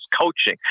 coaching